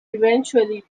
eventually